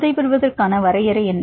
புதைக்கான வரையறை என்ன